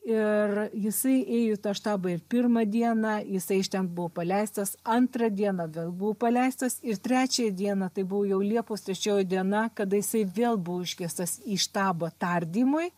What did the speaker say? ir jisai ėjo į tą štabą ir pirmą dieną jisai iš ten buvo paleistas antrą dieną vėl buvo paleistas ir trečiąją dieną tai buvo jau liepos trečioji diena kada jisai vėl buvo iškviestas į štabą tardymui